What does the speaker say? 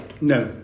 No